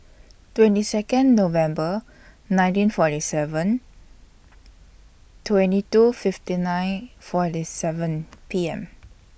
twenty Second November nineteen forty seven twenty two fifty nine forty seven P M